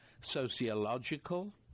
sociological